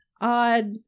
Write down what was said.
odd